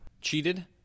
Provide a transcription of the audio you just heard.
Cheated